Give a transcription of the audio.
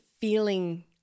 feeling